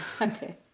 Okay